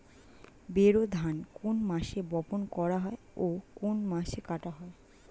বোরো ধান কোন মাসে বপন করা হয় ও কোন মাসে কাটা হয়?